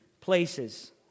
places